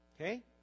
Okay